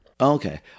Okay